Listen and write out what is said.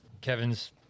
Kevin's